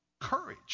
courage